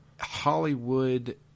Hollywood